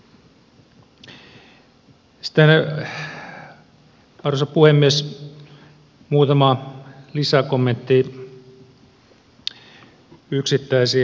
sitten arvoisa puhemies muutama lisäkommentti yksittäisiin asioihin